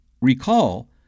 Recall